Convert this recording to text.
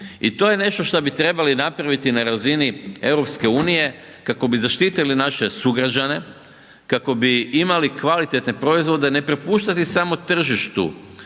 I to je nešto što bi trebali napraviti na razini EU kako bi zaštitili naše sugrađane, kako bi imali kvalitetne proizvode, ne prepuštati samo tržištu